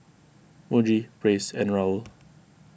Muji Praise and Raoul